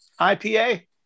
IPA